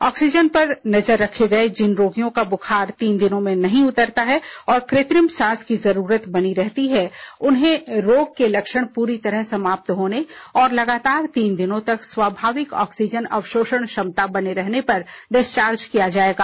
oxygen पर रखे गए जिन रोगियों का बुखार तीन दिनों में नहीं उतरता है और कृत्रिम सांस की जरूरत बनी रहती है उन्हें रोग के लक्षण पूरी तरह समाप्त होने और लगातार तीन दिन तक स्वाभाविक ऑक्सीजन अवशोषण क्षमता बने रहने पर डिस्चार्ज किया जाएगा